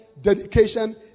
dedication